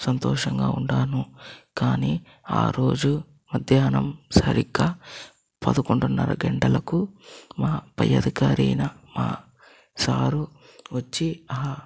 సంతోషంగా ఉన్నాను కానీ ఆ రోజు మధ్యాహ్నం సరిగ్గా పదకొండున్నర గంటలకు మా పై అధికారి అయిన మా సారు వచ్చి ఆ